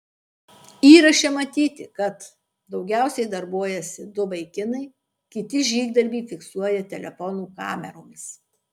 įraše matyti kad daugiausiai darbuojasi du vaikinai kiti žygdarbį fiksuoja telefonų kameromis